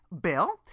Bill